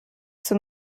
zur